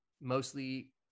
Mostly